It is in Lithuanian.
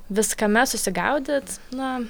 viskame susigaudyti na